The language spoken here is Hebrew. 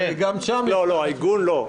וגם שם --- עיגון לא.